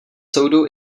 soudu